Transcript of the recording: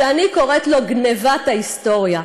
שאני קוראת לו "גנבת ההיסטוריה".